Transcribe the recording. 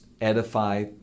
edify